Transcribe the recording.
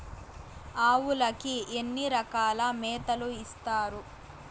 ఆవులకి ఎన్ని రకాల మేతలు ఇస్తారు?